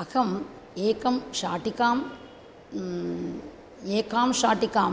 अहम् एकां शाटिकां एकां शाटिकां